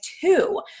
two